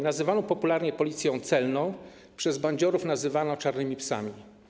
Nazywano ją popularnie policją celną, przez bandziorów nazywana była czarnymi psami.